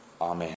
amen